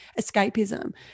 escapism